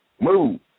Move